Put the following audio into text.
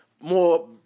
more